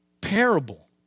parable